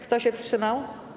Kto się wstrzymał?